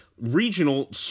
regional